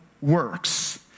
works